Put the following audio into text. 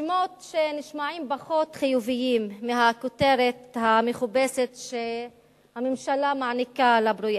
שמות שנשמעים פחות חיוביים מהכותרת המכובסת שהממשלה מעניקה לפרויקט.